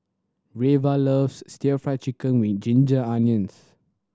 Reva loves still Fried Chicken with ginger onions